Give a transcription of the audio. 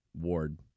Ward